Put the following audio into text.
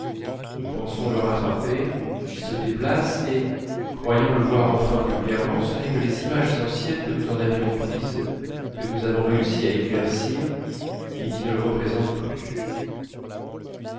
nous pensons le rattraper il se déplace et croyant le voir enfin plus clairement ce n'est que les images anciennes que nous en avions prises que nous avons réussi à éclaircir mais qui ne le représentent plus